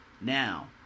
Now